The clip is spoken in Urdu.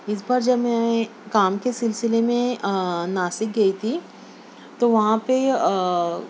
اس بار جب میں کام کے سلسلے میں ناسک گئی تھی تو وہاں پہ